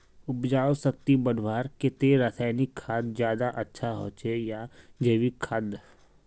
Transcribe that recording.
उपजाऊ शक्ति बढ़वार केते रासायनिक खाद ज्यादा अच्छा होचे या जैविक खाद?